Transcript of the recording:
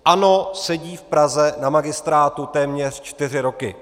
ANO sedí v Praze na magistrátu téměř čtyři roky.